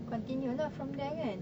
continue lah from there kan